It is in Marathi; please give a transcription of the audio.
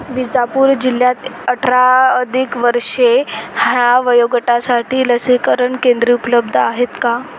विजापूर जिल्ह्यात अठरा अधिक वर्षे ह्या वयोगटासाठी लसीकरण केंद्रे उपलब्ध आहेत का